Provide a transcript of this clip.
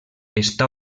està